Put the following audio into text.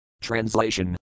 Translation